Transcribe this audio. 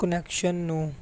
connection ਨੂੰ